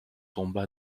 tomba